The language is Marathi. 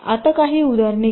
आता काही उदाहरणे घेऊ